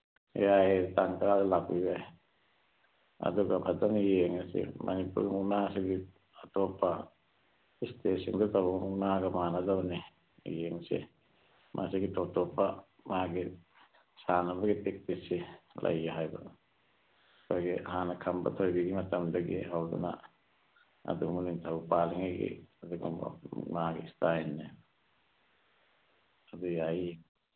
ꯌꯥꯏꯌꯦ ꯇꯥꯡ ꯇꯔꯥꯗ ꯂꯥꯛꯄꯤꯕ ꯌꯥꯏ ꯑꯗꯨꯒ ꯐꯖꯅ ꯌꯦꯡꯉꯁꯤ ꯃꯅꯤꯄꯨꯔ ꯃꯨꯛꯅꯥꯁꯤꯒꯤ ꯑꯇꯣꯞꯄ ꯏꯁꯇꯦꯠꯁꯤꯡꯗ ꯇꯧꯕ ꯃꯨꯛꯅꯥꯒ ꯃꯥꯅꯗꯕꯅꯤ ꯌꯦꯡꯁꯤ ꯃꯁꯤꯒꯤ ꯇꯣꯞ ꯇꯣꯞꯄ ꯃꯥꯒꯤ ꯁꯥꯟꯅꯕꯒꯤ ꯇꯦꯛꯇꯤꯁꯁꯤ ꯂꯩ ꯍꯥꯏꯕ ꯑꯩꯈꯣꯏꯒꯤ ꯍꯥꯟꯅ ꯈꯝꯕ ꯊꯣꯏꯕꯤꯒꯤ ꯃꯇꯝꯗꯒꯤ ꯍꯧꯗꯨꯅ ꯑꯗꯨꯒꯨꯝꯕ ꯅꯤꯡꯊꯧ ꯄꯥꯜꯂꯤꯉꯩꯒꯤ ꯑꯗꯨꯒꯨꯝꯕ ꯃꯨꯛꯅꯥꯒꯤ ꯏꯁꯇꯥꯏꯜꯅꯦ ꯑꯗꯨ ꯌꯥꯏ